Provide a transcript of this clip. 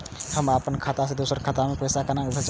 हम अपन खाता से दोसर के खाता मे पैसा के भेजब?